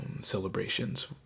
celebrations